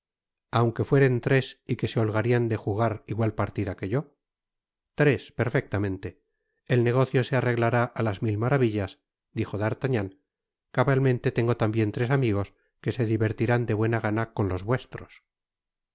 aunque fueren tres y que se holgarian de jugar igual partida que yo tres perfectamente el negocjo se arreglará á las mil maravillas dijo d'artagnan cabalmente tengo tambien tres amigos que se divertirán de buena gana con los vuestros